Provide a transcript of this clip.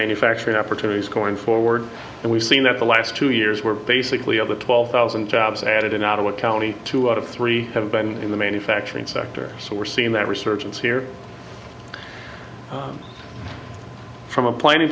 manufacturing opportunities going forward and we've seen that the last two years were basically over twelve thousand jobs added in out of what county two out of three have been in the manufacturing sector so we're seeing that resurgence here from a planning